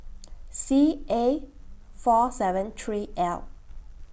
C A four seven three L